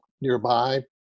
nearby